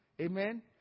Amen